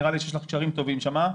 נראה לי שיש לך קשרים טובים שם,